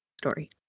story